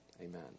amen